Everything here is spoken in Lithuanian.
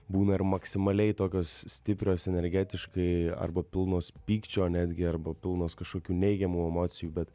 būna ir maksimaliai tokios stiprios energetiškai arba pilnos pykčio netgi arba pilnos kažkokių neigiamų emocijų bet